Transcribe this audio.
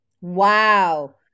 Wow